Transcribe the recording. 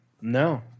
No